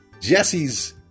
Jesse's